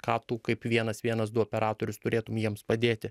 ką tu kaip vienas vienas du operatorius turėtum jiems padėti